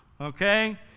okay